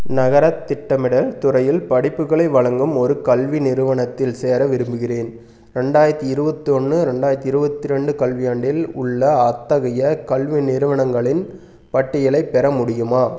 நகரத் திட்டமிடல் துறையில் படிப்புகளை வழங்கும் ஒரு கல்வி நிறுவனத்தில் சேர விரும்புகிறேன் ரெண்டாயிரத்து இருபத்தொண்ணு ரெண்டாயிரத்து இருபத்ரெண்டு கல்வியாண்டில் உள்ள அத்தகைய கல்வி நிறுவனங்களின் பட்டியலைப் பெற முடியுமா